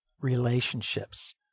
relationships